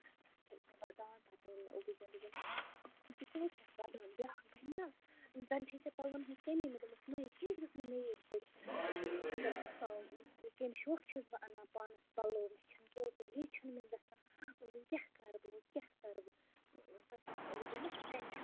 پَتہٕ چھَس بہٕ ودان پَتہٕ ووٚن مےٚ ابوٗ جِیَن ژٕ کیٛازِ چھَکھ وَدان بیٛاکھ بَنہِ نا زَن چھےٚ ژےٚ پَلوَن ہٕنٛز کٔمی مےٚ دوٚپمَس نہَ یہِ کیٛازِ گژھان میٚے یِتھٕ پٲٹھۍ بہٕ چھَس مطلب کیٚمہِ شوقہٕ چھَس بہٕ اَنان پانَس پَلو مےٚ چھَنہٕ ٹوٹٔلی چھِنہٕ مےٚ گَژھان وۄنۍ کیٛاہ کَرٕ بہٕ وۄنۍ کیٛاہ کَرٕ بہٕ پَتہٕ ووٚن مےٚ ابوٗ جِیَن مہٕ ہے ٹٮ۪نشَن